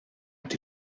ont